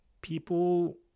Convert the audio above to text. people